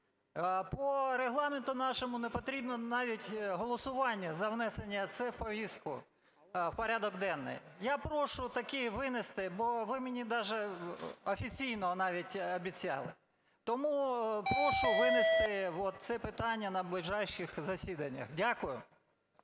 По Регламенту нашому не потрібно навіть голосування за внесення це в повістку, в порядок денний. Я прошу таки винести, бо ви мені офіційно навіть обіцяли. Тому прошу винести от це питання на ближайших засіданнях. Дякую.